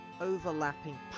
overlapping